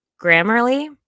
Grammarly